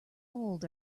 old